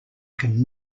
can